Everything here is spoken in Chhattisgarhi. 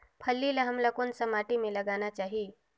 फल्ली ल हमला कौन सा माटी मे लगाना चाही?